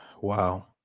Wow